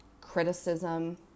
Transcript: criticism